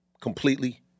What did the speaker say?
completely